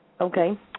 Okay